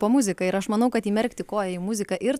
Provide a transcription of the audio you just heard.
po muziką ir aš manau kad įmerkti koją į muziką ir